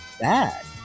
bad